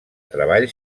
treball